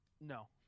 No